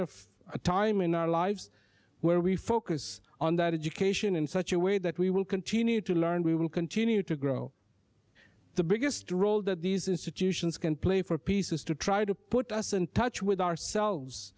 of time in our lives where we focus on that education in such a way that we will continue to learn we will continue to grow the biggest draw that these institutions can play for peace is to try to put us in touch with our